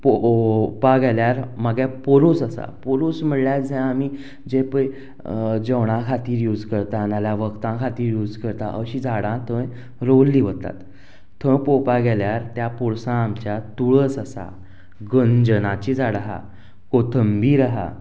आतां पळोवोपा गेल्यार म्हागे पोरूंस आसा पोरूंस म्हणल्यार जंय आमी पय जेवणा खातीर यूज करतात जाल्यार वखदां खातीर यूज करता अशीं झाडां थंय रोवलीं वतात थंय पोवपा गेल्यार त्या पोरसां आमच्या तुळस आसा गंजनाचीं झाडां आसा कोथंबीर आहा